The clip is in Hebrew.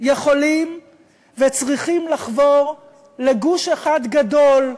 יכולים וצריכים לחבור לגוש אחד גדול,